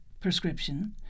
prescription